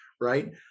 Right